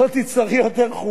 אם תסתכל בסדר-היום,